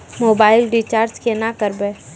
Mobile recharge केना करबै?